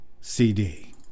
CD